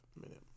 minute